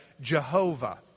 Jehovah